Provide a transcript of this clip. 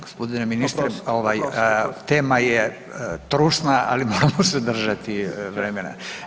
G. ministre, ovaj, tema je trusna, ali moramo se držati vremena.